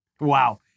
Wow